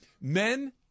men